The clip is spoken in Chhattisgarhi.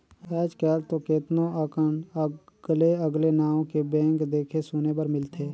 आयज कायल तो केतनो अकन अगले अगले नांव के बैंक देखे सुने बर मिलथे